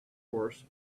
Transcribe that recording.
course